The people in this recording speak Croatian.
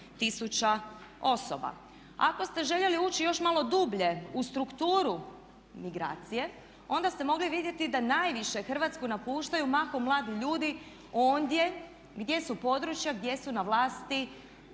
8000 osoba. Ako ste željeli ući još malo dublje u strukturu migracije, onda ste mogli vidjeti da najviše Hrvatsku napuštaju mahom mladi ljudi ondje gdje su područja, gdje su na vlasti